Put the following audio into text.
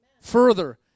further